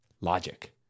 Logic